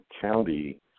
County